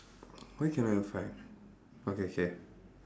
where cannot even fly okay K